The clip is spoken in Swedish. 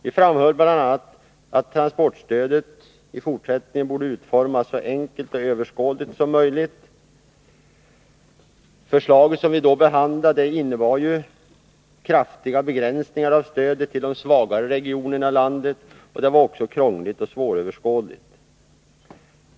Vi framhöll bl.a. att transportstödet i fortsättningen skulle utformas så enkelt och överskådligt som möjligt. Det förslag som vi då behandlade innebar kraftiga begränsningar av stödet till de svagare regionerna i landet, och det var också krångligt och svåröverskådligt.